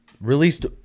released